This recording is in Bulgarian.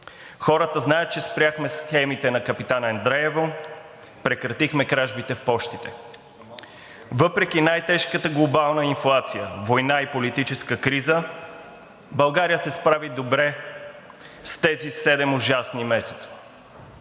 Хората знаят, че спряхме схемите на „Капитан Андреево“, прекратихме кражбите в пощите. Въпреки най-тежката глобална инфлация, война и политическа криза България се справи добре в тези седем ужасни месеца.